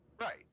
Right